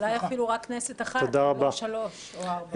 אולי אפילו רק כנסת אחת, לא שלוש או ארבע.